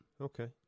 Okay